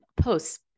posts